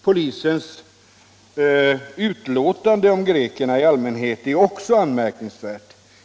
Polisens utlåtande om greker i allmänhet är också anmärkningsvärt.